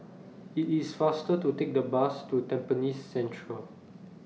IT IS faster to Take The Bus to Tampines Central